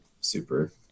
super